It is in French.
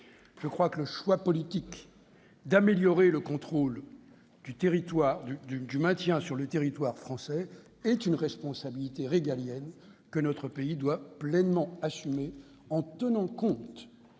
en effet que le choix politique d'améliorer le contrôle du maintien sur le territoire français constitue une responsabilité régalienne que notre pays doit pleinement assumer, en tenant compte